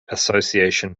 association